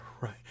Right